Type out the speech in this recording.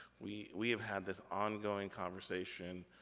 we we have had this ongoing conversation